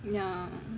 yeah